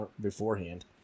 beforehand